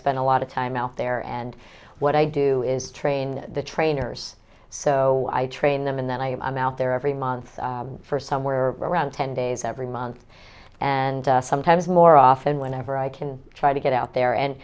spend a lot of time out there and what i do is train the trainers so i train them and then i am out there every month for somewhere around ten days every month and sometimes more often whenever i can try to get out there and